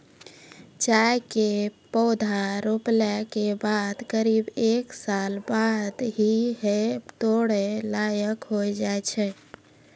चाय के पौधा रोपला के बाद करीब एक साल बाद ही है तोड़ै लायक होय जाय छै